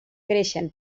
creixen